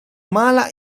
mala